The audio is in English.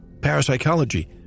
parapsychology